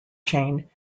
chain